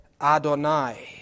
Adonai